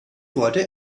wollte